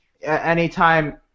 anytime